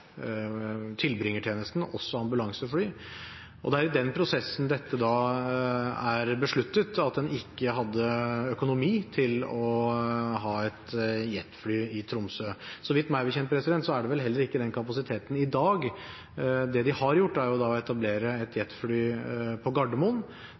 tilbringertjenesten, også for ambulansefly. Det er i den prosessen at det er besluttet at en ikke har økonomi til å ha et jetfly i Tromsø. Meg bekjent har de vel ikke den kapasiteten heller i dag. Det de har gjort, er å etablere et